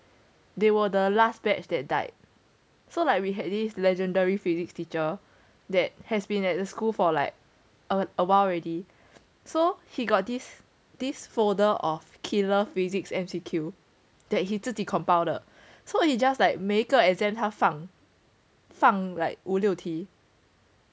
they were the last batch that died so like we had this legendary physics teacher that has been at the school for like err awhile already so he got this this folder of killer physics M_C_Q that 他自己 compiled 的 so he just like 每个 exam 他放 like 五六题